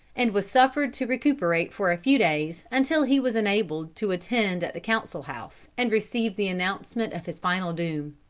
and was suffered to recuperate for a few days, until he was enabled to attend at the council-house, and receive the announcement of his final doom.